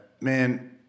Man